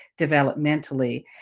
developmentally